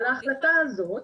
על ההחלטה הזאת